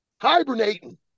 hibernating